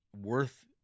worth